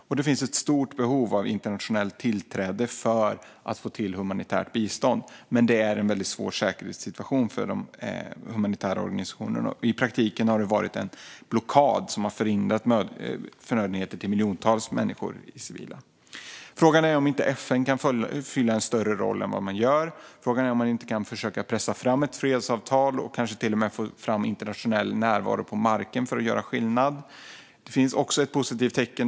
Och det finns ett stort behov av internationellt tillträde för att få till humanitärt bistånd. Men det är en svår säkerhetssituation för de humanitära organisationerna. Det har i praktiken varit en blockad som har förhindrat att förnödenheter når miljontals civila människor. Frågan är om inte FN kan fylla en större roll än man gör. Frågan är om man inte kan försöka pressa fram ett fredsavtal och kanske till och med få igenom internationell närvaro på marken för att göra skillnad. Det finns också ett positivt tecken.